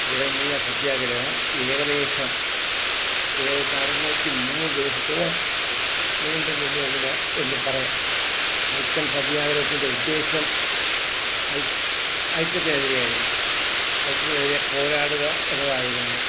തുടങ്ങിയ സത്യാഗ്രഹം ഏകദേശം ഏകദേശം അറുനൂറ്റി മൂന്ന് ദിവസത്തോളം നീണ്ട് നിന്ന് എന്ന് വേണം എന്ന് പറയാം വൈക്കം സത്യാഗ്രഹത്തിൻ്റെ ഉദ്ദേശം അയി അയിത്തത്തിനെതിരെ ആയിരുന്നു അയിത്തത്തിനെതിരെ പോരാടുക എന്നതായിരുന്നു